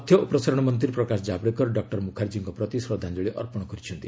ତଥ୍ୟ ଓ ପ୍ରସାରଣ ମନ୍ତ୍ରୀ ପ୍ରକାଶ ଜାଭେଡକର ଡକୁର ମୁଖାର୍ଜୀଙ୍କ ପ୍ରତି ଶ୍ରଦ୍ଧାଞ୍ଜଳି ଅର୍ପଣ କରିଛନ୍ତି